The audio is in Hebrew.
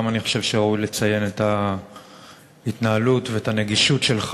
גם אני חושב שראוי לציין את ההתנהלות ואת הנגישות שלך.